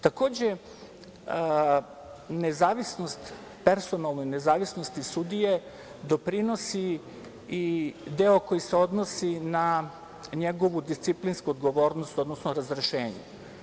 Takođe, personalnoj nezavisnosti sudije doprinosi i deo koji se odnosi na njegovu disciplinsku odgovornost, odnosno razrešenje.